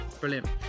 brilliant